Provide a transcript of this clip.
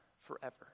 forever